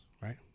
Right